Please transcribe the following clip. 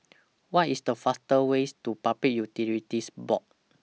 What IS The faster ways to Public Utilities Board